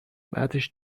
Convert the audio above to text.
بعدش